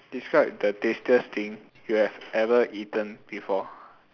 describe the tastiest thing you have ever eaten before